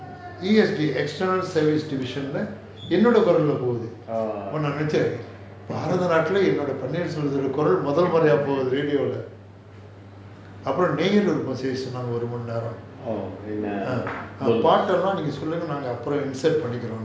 he has the external service division leh என்னோட குரல்ல போது அப்போ நான் நினைச்சன் பாரத நாட்டுல என்னோட குரல் முத முறையை போது:ennoda kuralla pothu appo naan nenaichan bharatha naatula ennoda kural mutha muraiyai pothu radio leh அப்போ:appo neyan செய்ய சொன்னாங்க ஒரு மணி நேரம் பாட்டுலாம் நீங்க சொல்லுங்க நாங்க:seiya sonaanga oru mani neram paatulaam neenga solunga naanga insert பண்ணிறோம்:pannirom